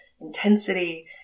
intensity